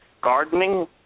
gardening